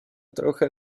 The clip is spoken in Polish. trocha